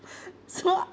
so